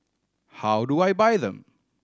how do I buy them